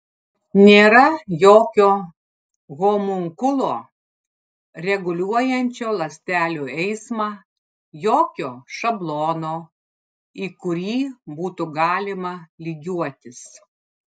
nėra jokio homunkulo reguliuojančio ląstelių eismą jokio šablono į kurį būtų galima lygiuotis